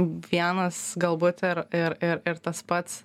vienas galbūt ir ir ir tas pats